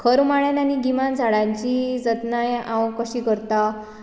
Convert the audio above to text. खर म्हळ्यार गिमान झांडाची जतनाय हांव कशी करतां